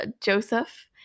Joseph